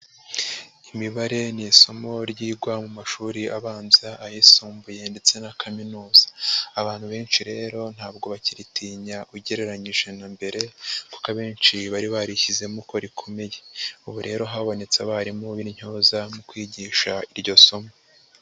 Imibare ni isomo ryigwa mu mashuri abanza, ayisumbuye ndetse na kaminuza. Abantu benshi rero ntabwo bakiritinya, ugereranyije na mbere kuko abenshi bari barishyizemo ko rikomeye. Ubu rero habonetse abarimu b'intyoza mu kwigisha iryo somo.